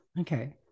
Okay